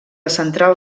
central